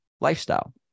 lifestyle